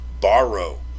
borrow